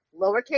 lowercase